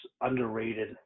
underrated